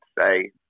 say